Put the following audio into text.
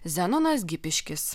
zenonas gipiškis